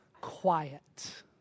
quiet